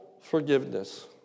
forgiveness